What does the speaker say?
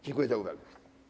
Dziękuję za uwagę.